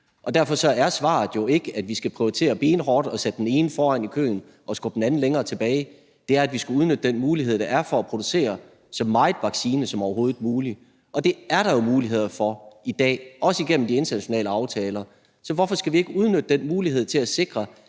og derfor er svaret jo ikke, at vi skal prioritere benhårdt og sætte den ene foran i køen og skubbe den anden længere tilbage, men det er, at vi skal udnytte den mulighed, der er for at producere så meget vaccine som overhovedet muligt. Det er der jo muligheder for i dag, også igennem de internationale aftaler. Så hvorfor skal vi ikke udnytte den mulighed til at sikre,